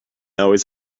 always